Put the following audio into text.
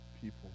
people